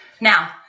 Now